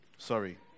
Sorry